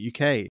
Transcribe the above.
uk